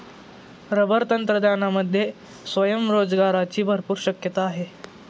rubber तंत्रज्ञानामध्ये स्वयंरोजगाराची भरपूर शक्यता आहे